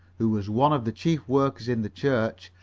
who was one of the chief workers in the church,